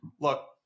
look